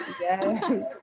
yes